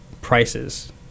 prices